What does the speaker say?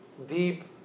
deep